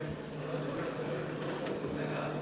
חוק הלוואות לדיור (תיקון מס' 12): בעד,